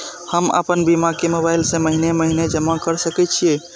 हम आपन बीमा के मोबाईल से महीने महीने जमा कर सके छिये?